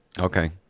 okay